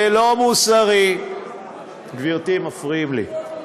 זה לא מוסרי, גברתי, מפריעים לי.